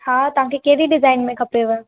हा तव्हांखे कहिड़ी डिज़ाइन में खपेव